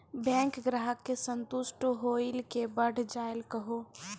Bank ग्राहक के संतुष्ट होयिल के बढ़ जायल कहो?